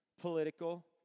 political